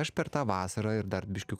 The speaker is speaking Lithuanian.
aš per tą vasarą ir dar biškį